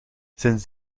sinds